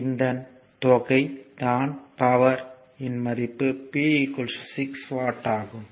இதன் தொகை தான் பவர் இன் மதிப்பு P 6 வாட் ஆகும்